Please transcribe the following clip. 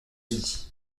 unis